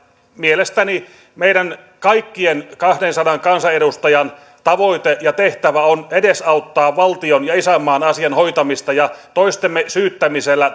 mielestäni meidän kaikkien kahdensadan kansanedustajan tavoite ja tehtävä on edesauttaa valtion ja isänmaan asian hoitamista ja luulen että toistemme syyttämisellä